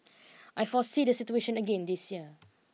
I foresee the situation again this year